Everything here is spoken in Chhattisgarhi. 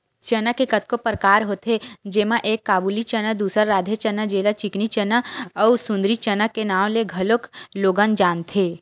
चना के कतको परकार होथे जेमा एक काबुली चना, दूसर राधे चना जेला चिकनी चना अउ सुंदरी चना के नांव ले घलोक लोगन जानथे